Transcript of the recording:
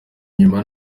inyuma